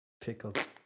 Pickled